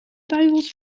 duivels